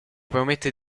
promette